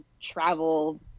travel